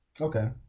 Okay